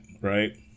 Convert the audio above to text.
right